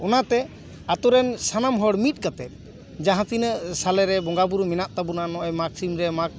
ᱚᱱᱟ ᱛᱮ ᱟᱛᱳ ᱨᱮᱱ ᱥᱟᱱᱟᱢ ᱦᱚᱲ ᱢᱤᱫ ᱠᱟᱛᱮᱫ ᱡᱟᱦᱟᱸ ᱛᱤᱱᱟᱹᱜ ᱥᱟᱞᱮ ᱨᱮ ᱵᱚᱸᱜᱟ ᱵᱩᱨᱩ ᱢᱮᱱᱟᱜ ᱛᱟᱵᱚᱱᱟ ᱱᱚᱜ ᱚᱭ ᱢᱟᱜᱽ ᱥᱤᱢ ᱨᱮ ᱢᱟᱜᱽ